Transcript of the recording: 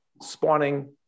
spawning